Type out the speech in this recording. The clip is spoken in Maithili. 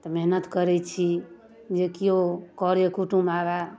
तऽ मेहनत करै छी जे केओ करे कुटुम आबय